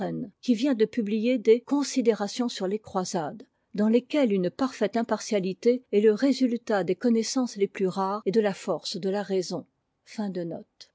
qui vient de publier des comkkrahoni smr les croisades dans lesquelles une parfaite impartialité est e résultat des connaissances les plus rares et de la force de la raison